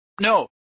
No